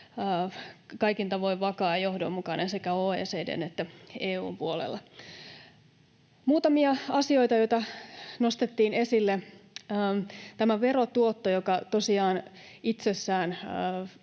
kaikin tavoin vakaa ja johdonmukainen sekä OECD:n että EU:n puolella. Muutamia asioita, joita nostettiin esille: Tämä verotuotto tosiaan itsessään